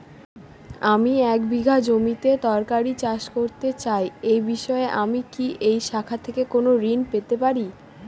আমি এক বিঘা জমিতে তরিতরকারি চাষ করতে চাই এই বিষয়ে আমি কি এই শাখা থেকে কোন ঋণ পেতে পারি?